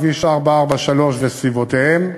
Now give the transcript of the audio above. כביש 443 וסביבותיהם,